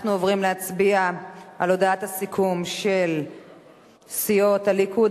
אנחנו עוברים להצבעה על הודעת הסיכום של סיעות הליכוד,